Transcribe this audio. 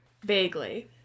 Vaguely